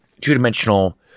two-dimensional